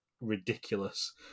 ridiculous